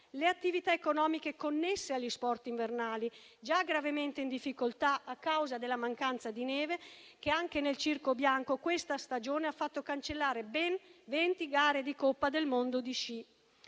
le attività economiche connesse agli sport invernali, già gravemente in difficoltà a causa della mancanza di neve, che anche nel circo bianco questa stagione ha fatto cancellare ben venti gare di Coppa del mondo di sci.